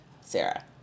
Sarah